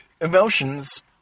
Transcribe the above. emotions